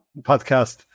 podcast